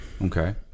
Okay